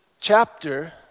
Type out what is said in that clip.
chapter